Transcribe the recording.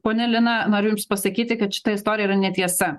ponia lina noriu jums pasakyti kad šita istorija yra netiesa